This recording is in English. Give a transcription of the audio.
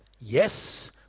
Yes